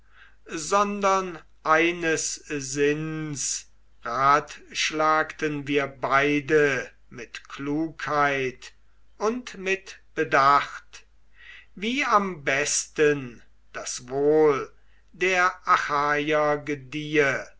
sondern eines sinns ratschlagten wir beide mit klugheit und mit bedacht wie am besten das wohl der achaier